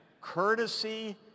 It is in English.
courtesy